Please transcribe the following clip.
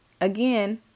again